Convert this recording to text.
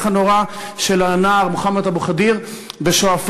הנורא של הנער מוחמד אבו ח'דיר בשועפאט.